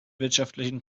wirtschaftlichen